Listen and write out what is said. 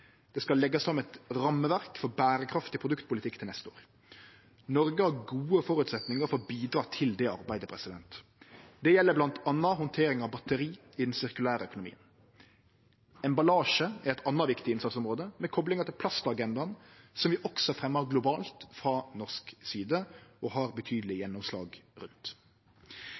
Det skal leggjast fram eit rammeverk for berekraftig produktpolitikk til neste år. Noreg har gode føresetnader for å bidra til det arbeidet. Dette gjeld bl.a. handtering av batteri i den sirkulære økonomien. Emballasje er eit anna viktig innsatsområde, med koplingar til plastagendaen som vi også fremjar globalt frå norsk side, og har betydeleg gjennomslag